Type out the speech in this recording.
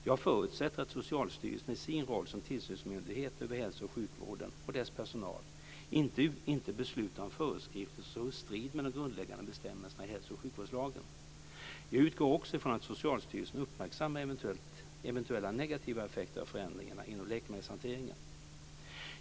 Jag förutsätter att Socialstyrelsen i sin roll som tillsynsmyndighet över hälso och sjukvården och dess personal inte beslutar om föreskrifter som står i strid med de grundläggande bestämmelserna i hälsooch sjukvårdslagen. Jag utgår också ifrån att Socialstyrelsen uppmärksammar eventuella negativa effekter av förändringarna inom läkemedelshanteringen.